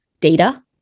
data